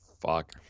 Fuck